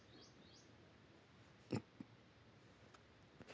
किराना खरेदीमुये वस्तूसनी ईक्रीमा वाढ व्हयनी